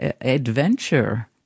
adventure